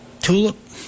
tulip